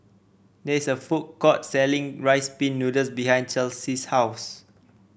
there is a food court selling Rice Pin Noodles behind Chelsi's house